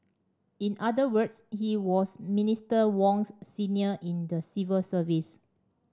in other words he was Minister Wong's senior in the civil service